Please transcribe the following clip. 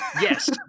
Yes